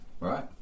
right